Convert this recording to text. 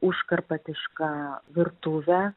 uškarpatišką virtuvę